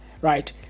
right